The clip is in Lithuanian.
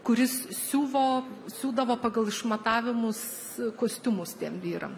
kuris siuvo siūdavo pagal išmatavimus kostiumus tiem vyram